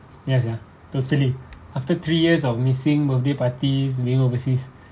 yes ya totally after three years of missing birthday parties being overseas